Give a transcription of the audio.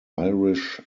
irish